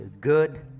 Good